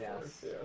yes